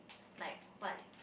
like what if